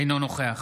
אינו נוכח